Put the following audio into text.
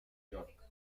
york